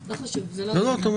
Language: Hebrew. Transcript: לא חשוב, זה לא לעכשיו.